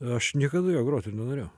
aš niekada juo grot ir norėjau